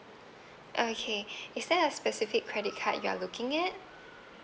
okay is there a specific credit card you are looking at